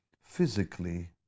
physically